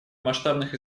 масштабных